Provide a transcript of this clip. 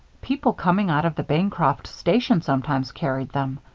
people coming out of the bancroft station sometimes carried them.